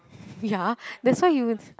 ya that's why you